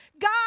God